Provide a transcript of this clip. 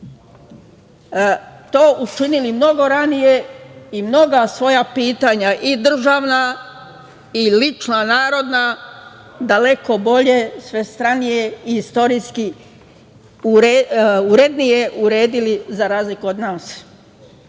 to učinili mnogo ranije i mnoga svoja pitanja i državna i lična narodna, daleko bolje svestranije i istorijski urednije, uredili za razliku od nas.